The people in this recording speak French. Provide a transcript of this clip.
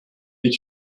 est